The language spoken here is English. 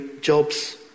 jobs